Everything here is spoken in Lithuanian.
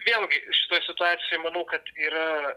vėlgi šitoj situacijoj manau kad yra